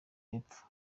y’epfo